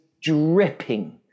dripping